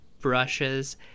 brushes